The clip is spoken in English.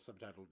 subtitled